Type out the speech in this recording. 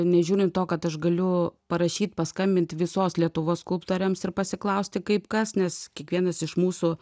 nežiūrint to kad aš galiu parašyt paskambint visos lietuvos skulptoriams ir pasiklausti kaip kas nes kiekvienas iš mūsų